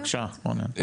בבקשה רונן.